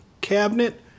cabinet